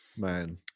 Man